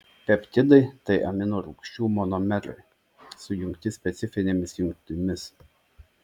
peptidai tai amino rūgčių monomerai sujungti specifinėmis jungtimis